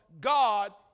God